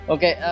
Okay